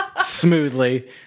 Smoothly